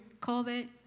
COVID